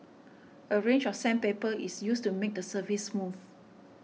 a range of sandpaper is used to make the surface smooth